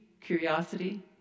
curiosity